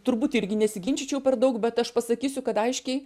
turbūt irgi nesiginčyčiau per daug bet aš pasakysiu kad aiškiai